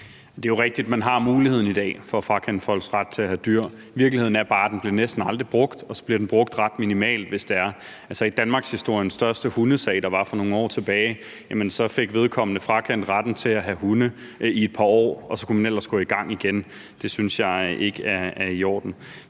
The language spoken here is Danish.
(SF): Det er jo rigtigt, at man har muligheden i dag for at frakende folk retten til at have dyr. Virkeligheden er bare, at den bliver næsten aldrig brugt, og så bliver den brugt ret minimalt, hvis det er. Altså, i danmarkshistoriens største hundesag, som var for nogle år tilbage, fik vedkommende frakendt retten til at have hunde i et par år, og så kunne man ellers gå i gang igen. Det synes jeg ikke er i orden.